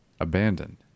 Abandoned